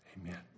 Amen